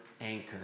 anchor